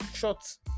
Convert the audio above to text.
shots